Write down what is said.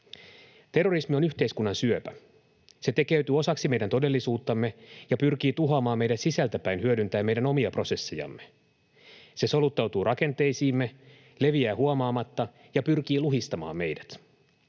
Terrorismi on yhteiskunnan syöpä. Se tekeytyy osaksi meidän todellisuuttamme ja pyrkii tuhoamaan meidät sisältäpäin hyödyntäen meidän omia prosessejamme. Se soluttautuu rakenteisiimme, leviää huomaamatta ja pyrkii luhistamaan meidät.